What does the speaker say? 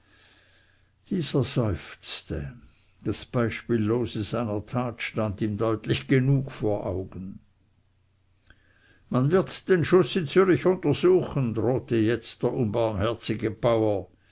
dieser seufzte das beispiellose seiner tat stand ihm deutlich genug vor augen man wird den schuß in zürich untersuchen drohte jetzt der unbarmherzige bauer